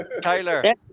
Tyler